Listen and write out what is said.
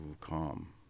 calm